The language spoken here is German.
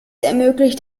ermöglicht